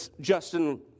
Justin